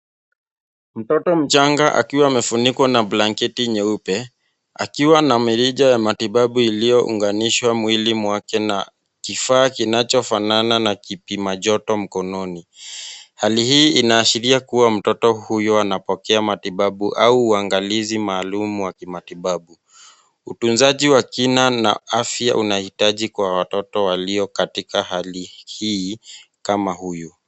Mtoto mchanga akiwa kifunikwa na blanketi nyeupe akiwa na mrija wa matibabu uliounganiswa mwili mwake na kifaa kinacho fanana na kipima joto mkononi. Hali hii inaashiria kuwa mtoto huyo anapokea matibabu au uangalizi maalum wa kimatibabu. Hutunzaji wa kina na afya unaitaji kwa watoto walio katika hali hii kama huyu.